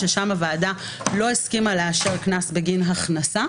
שם הוועדה לא הסכימה לאשר קנס בגין הכנסה.